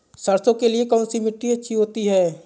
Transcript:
सरसो के लिए कौन सी मिट्टी अच्छी होती है?